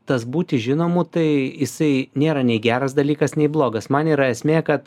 tas būti žinomu tai jisai nėra nei geras dalykas nei blogas man yra esmė kad